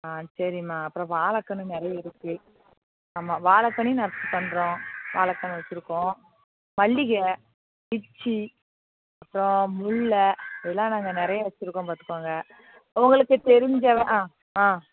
ஆ சரிம்மா அப்புறம் வாழைக்கன்னு நிறைய இருக்குது ஆமாம் வாழைக்கன்னையும் நான் பண்ணுறோம் வாழைக்கன்னு வெச்சுருக்கோம் மல்லிகை பிச்சி அப்பறம் முல்லை இதலாம் நாங்கள் நிறைய வெச்சுருக்கோம் பாத்துக்கங்க உங்களுக்கு தெரிஞ்ச ஆ ஆ